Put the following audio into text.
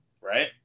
right